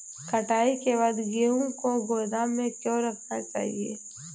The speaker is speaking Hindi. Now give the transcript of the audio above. कटाई के बाद गेहूँ को गोदाम में क्यो रखना चाहिए?